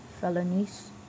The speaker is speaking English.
Felonies